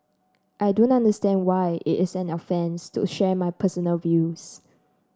I do not understand why it is an offence to share my personal views